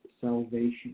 salvation